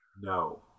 no